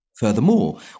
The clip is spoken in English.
Furthermore